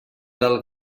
del